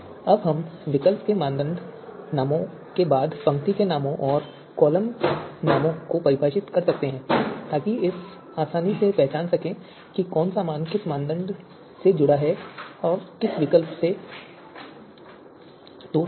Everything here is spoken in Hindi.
अब हम विकल्प और मानदंड नामों के बाद पंक्ति के नामों और कॉलम के नामों को भी परिभाषित कर सकते हैं ताकि हम आसानी से पहचान सकें कि कौन सा मान किस मानदंड से जुड़ा है और कौन सा मान कौन से विकल्प से जुडा है